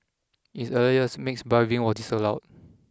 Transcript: in its earlier years mixed bathing was disallowed